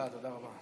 תודה, תודה רבה.